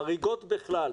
חריגות בכלל.